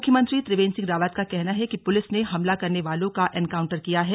मुख्यमंत्री त्रिवेंद्र सिंह रावत का कहना है कि पुलिस ने हमला करने वालों का एनकाउंटर किया है